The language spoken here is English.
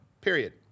period